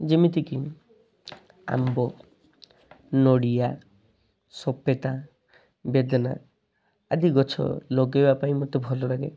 ଯେମିତିକି ଆମ୍ବ ନଡ଼ିଆ ସପେତା ବାଦେନା ଆଦି ଗଛ ଲଗେଇବା ପାଇଁ ମତେ ଭଲ ଲାଗେ